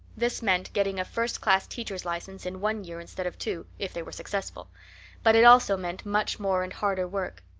this meant getting a first class teacher's license in one year instead of two, if they were successful but it also meant much more and harder work.